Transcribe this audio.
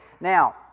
Now